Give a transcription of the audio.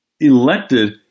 elected